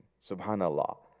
subhanallah